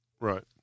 Right